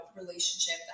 relationship